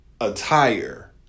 attire